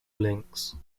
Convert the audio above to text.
links